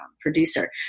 producer